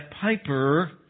Piper